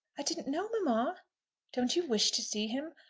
i didn't know, mamma. don't you wish to see him?